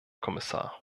kommissar